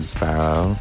Sparrow